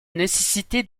nécessité